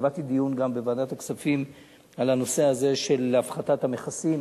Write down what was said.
קבעתי דיון גם בוועדת הכספים על הנושא הזה של הפחתת המכסים,